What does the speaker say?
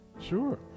Sure